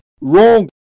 wrong